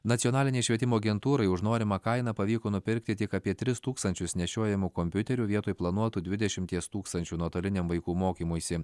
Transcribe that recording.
nacionalinei švietimo agentūrai už norimą kainą pavyko nupirkti tik apie tris tūkstančius nešiojamų kompiuterių vietoj planuotų dvidešimties tūkstančių nuotoliniam vaikų mokymuisi